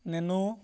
nano